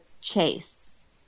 Chase